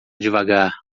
devagar